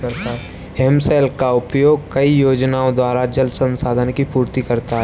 हिमशैल का उपयोग कई योजनाओं द्वारा जल संसाधन की पूर्ति करता है